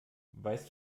weißt